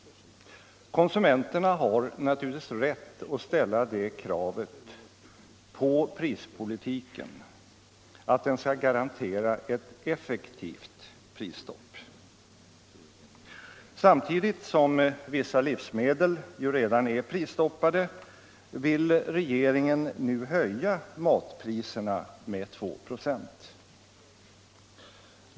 Konsumenterna har naturligtvis rätt att ställa det kravet på prispolitiken att den skall garantera ett effektivt prisstopp. Samtidigt som vissa livsmedel redan är prisstoppade vill regeringen nu höja matpriserna med 296.